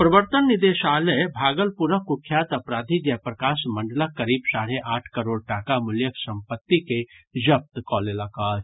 प्रवर्तन निदेशालय भागलपुरक कुख्यात अपराधी जयप्रकाश मंडलक करीब साढ़े आठ करोड़ टाका मूल्यक संपत्ति के जब्त कऽ लेलक अछि